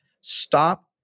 stop